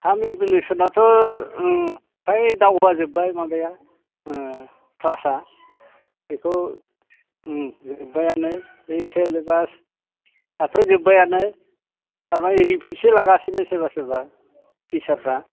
थाम एबिलेस'नाथ' फ्राय दावगाजोब्बाय माबाया क्लासआ बेखौ जोब्बायानो बे सिलेबासआथ' जोब्बायानो दा रिपिटसो लागासिनो सोरबा सोरबा टिचारफ्रा